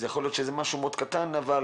ויכול להיות שזה משהו קטן אבל